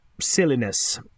silliness